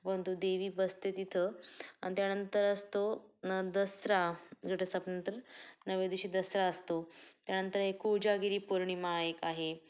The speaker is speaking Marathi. परंतु देवी बसते तिथं आणि त्यानंतर असतो न दसरा घटस्थापनेनंतर नवव्या दिवशी दसरा असतो त्यानंतर एक कोजागिरी पौर्णिमा एक आहे